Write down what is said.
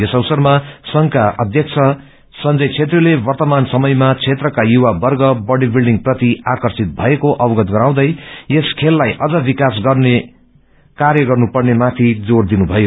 यस अवसरमा संक्का अध्यक्ष संजय छेत्रीले वव्रमान समयमा क्षेत्रका युववर्ग बड़ी विल्डिङ प्रति आर्कषित भएको अवगत गराउँदै यस खेललाई अझ विकास गर्न कार्य गनुपर्ने माथि जोड़ दिनुभयो